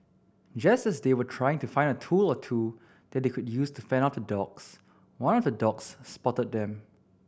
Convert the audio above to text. just as they were trying to find a tool or two that they could use to fend off the dogs one of the dogs spotted them